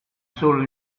solo